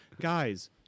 guys